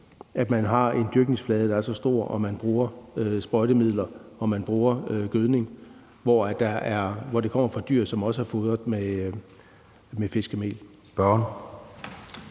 når man har en dyrkningsflade, der er så stor, og man bruger sprøjtemidler og gødning, som kommer fra dyr, som bl.a. er blevet fodret med fiskemel. Kl.